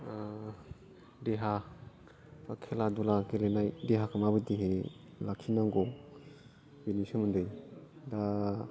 देहा बा खेला धुला गेलेनाय देहाखौ माबायदिहाय लाखिनांगौ बेनि सोमोन्दै दा